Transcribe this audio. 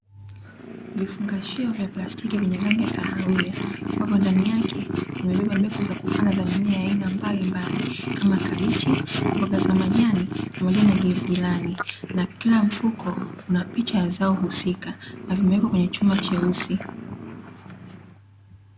Vifungashio vya plastiki vyenye rangi ya kahawia ambavyo ndani yake vimebeba mbegu za kupanda za mimea aina mbalimbali kama kabichi, mboga za majani na majani ya giligilani na kila mfuko una picha ya zao husika na vimeweka katika chuma cheusi.